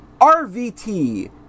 RVT